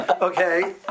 Okay